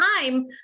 time